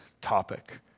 topic